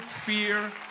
fear